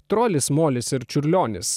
trolis molis ir čiurlionis